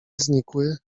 znikły